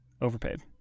overpaid